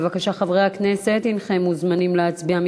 בבקשה, חברי הכנסת הנכם מוזמנים להצביע.